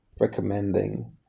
recommending